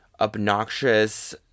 obnoxious